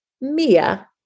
Mia